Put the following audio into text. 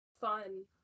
fun